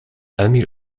emil